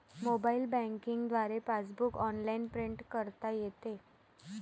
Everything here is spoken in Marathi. मोबाईल बँकिंग द्वारे पासबुक ऑनलाइन प्रिंट करता येते